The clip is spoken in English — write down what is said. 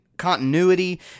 continuity